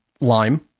Lime